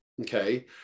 okay